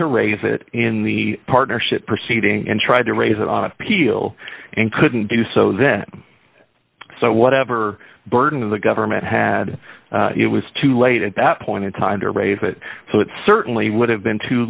to raise it in the partnership proceeding and tried to raise it on appeal and couldn't do so then so whatever burden of the government had it was too late at that point in time to raise it so it certainly would have been too